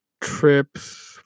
trips